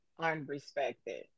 unrespected